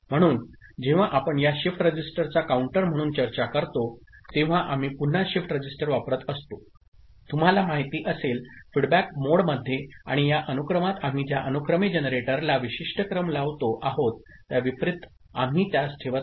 म्हणून जेव्हा आपण या शिफ्ट रजिस्टरचा काउंटर म्हणून चर्चा करतो तेव्हा आम्ही पुन्हा शिफ्ट रजिस्टर वापरत असतो तुम्हाला माहिती असेल फीडबॅक मोडमध्ये आणि या अनुक्रमात आम्ही ज्या अनुक्रमे जनरेटरला विशिष्ट क्रम लावतो आहोत त्या विपरीत आम्ही त्यास ठेवत आहोत